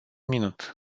minut